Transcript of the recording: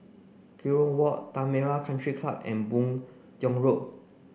Kerong Walk Tanah Merah Country Club and Boon Tiong Road